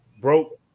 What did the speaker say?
broke